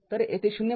तर तेथे ०